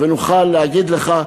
ונוכל להגיד לך,